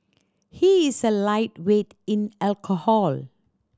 he is a lightweight in alcohol